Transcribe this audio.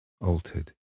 altered